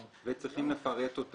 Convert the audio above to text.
השר יצטרך להתקין את זה